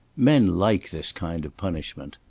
men like this kind of punishment.